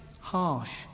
harsh